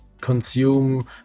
consume